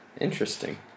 Interesting